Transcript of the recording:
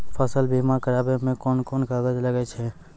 फसल बीमा कराबै मे कौन कोन कागज लागै छै?